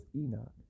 Enoch